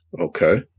Okay